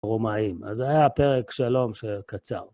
רומאים. אז זה היה הפרק שלום שקצר.